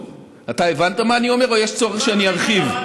אתה הבנת מה אני אומר או יש צורך שאני ארחיב?